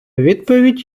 відповідь